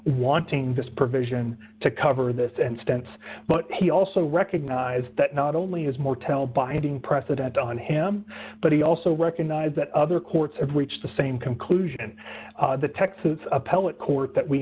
wanting this provision to cover this and stents but he also recognize that not only is more tell binding precedent on him but he also recognizes that other courts have reached the same conclusion the tech to appellate court that we